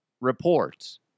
reports